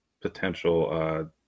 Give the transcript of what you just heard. potential